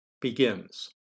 Begins